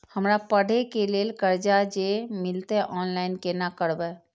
हमरा पढ़े के लेल कर्जा जे मिलते ऑनलाइन केना करबे?